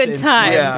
ah tie yeah